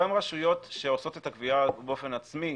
גם רשויות שעושות את הגבייה באופן עצמי,